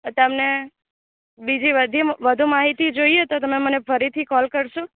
તો તમને બીજી વધુ માહિતી જોઈએ તો તમે મને ફરીથી કોલ કરશો